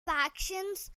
factions